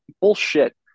bullshit